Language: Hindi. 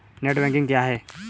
नेट बैंकिंग क्या है?